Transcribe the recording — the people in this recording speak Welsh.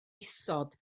isod